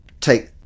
take